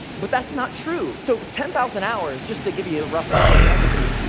but that's not true. so, ten thousand hours, just to give you a rough order of magnitude,